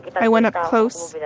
i went up close, yeah